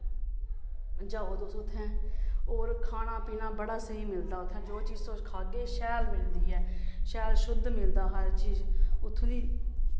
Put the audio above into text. जाओ तुस उत्थें होर खाना पीनी बड़ा स्हेई मिलदा उत्थें जो चीज़ तुस खाह्गे शैल मिलदी ऐ शैल शुद्ध मिलदा हर चीज़ उत्थूं दी